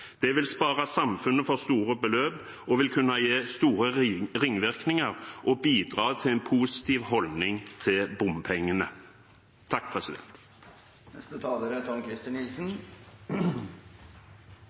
Det vil spare samfunnet for store beløp og vil kunne gi store ringvirkninger og bidra til en positiv holdning til bompengene. Jeg registrerer at det er